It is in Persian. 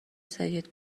سید